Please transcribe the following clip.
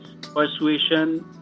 persuasion